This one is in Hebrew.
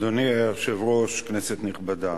אדוני היושב-ראש, כנסת נכבדה,